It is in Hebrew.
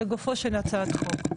לגופה של הצעת חוק,